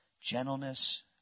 gentleness